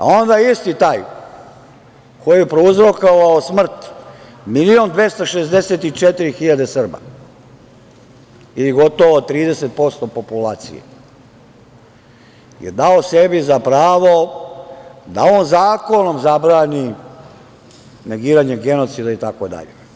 Onda, isti taj koji je prouzrokovao smrt 1.264.000 Srba ili gotovo 30% populacije je dao sebi za pravo da on zakonom zabrani negiranje genocida itd.